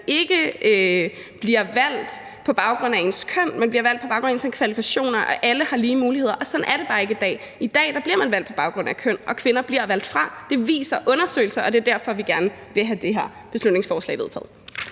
ikke bliver valgt på baggrund af ens køn, men bliver valgt på baggrund af ens kvalifikationer – at alle har lige muligheder. Sådan er det bare ikke i dag. I dag bliver man valgt på baggrund af køn, og kvinder bliver valgt fra. Det viser undersøgelser, og det er derfor, vi gerne vil have det her beslutningsforslag vedtaget.